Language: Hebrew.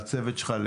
לצוות שלך,